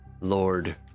Lord